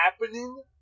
happening